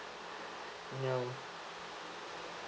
ya